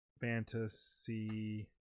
Fantasy